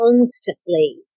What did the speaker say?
constantly